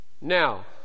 Now